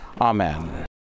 Amen